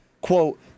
quote